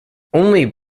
only